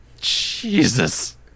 Jesus